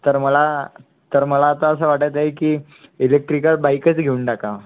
तर मला तर मला आता असं वाटत आहे की इलेक्ट्रिकल बाईकच घेऊन टाकावा